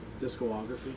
Discography